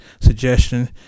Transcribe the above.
suggestion